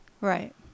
Right